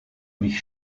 mich